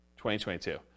2022